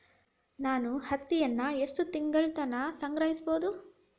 ನಾನು ಹತ್ತಿಯನ್ನ ಎಷ್ಟು ತಿಂಗಳತನ ಸಂಗ್ರಹಿಸಿಡಬಹುದು?